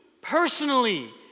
personally